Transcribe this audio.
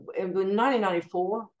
1994